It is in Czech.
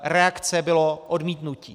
Reakcí bylo odmítnutí.